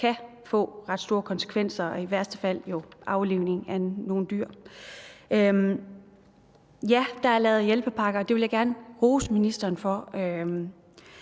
kan få ret store konsekvenser, og i værste fald jo føre til aflivning af nogle dyr. Ja, der er lavet hjælpepakker, og det vil jeg gerne rose ministeren for.